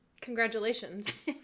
congratulations